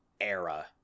era